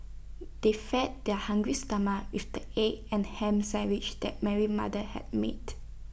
they fed their hungry stomachs with the egg and Ham Sandwiches that Mary mother had made